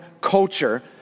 culture